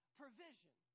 provision